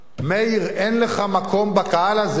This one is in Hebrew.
מאיר, אין לך מקום בקהל הזה.